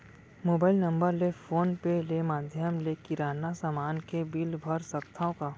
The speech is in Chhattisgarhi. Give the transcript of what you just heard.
मोबाइल नम्बर ले फोन पे ले माधयम ले किराना समान के बिल भर सकथव का?